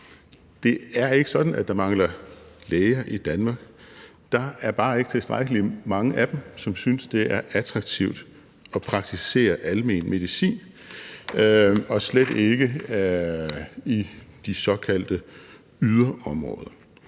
Det er ikke sådan, at der mangler læger i Danmark. Der er bare ikke tilstrækkelig mange af dem, som synes, det er attraktivt at praktisere almen medicin, og slet ikke i de såkaldte yderområder.